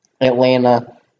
Atlanta